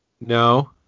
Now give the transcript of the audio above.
No